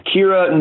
Kira